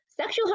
Sexual